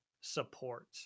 support